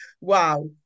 Wow